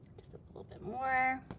just a little bit more.